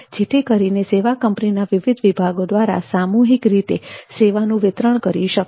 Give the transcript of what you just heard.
જેથી કરીને સેવા કંપનીના વિવિધ વિભાગો દ્વારા સામૂહિક રીતે સેવાનું વિતરણ કરી શકાય